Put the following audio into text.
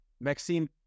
Maxime